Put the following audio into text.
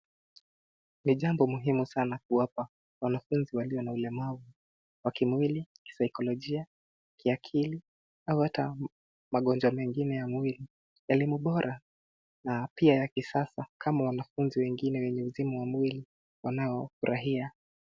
Ni jambo muhimu sana kuwapa wanafunzi walio na ulemavu wa kimwili, kisaikolojia, kiakili au hata magonjwa mengine ya mwili elimu bora na pia ya kisasa kama wanafunzi wengine wenye uzima wa mwili wanaofurahia.